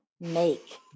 make